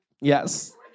Yes